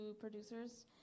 producers